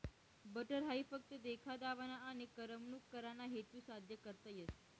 butter हाई फक्त देखा दावाना आनी करमणूक कराना हेतू साद्य करता येस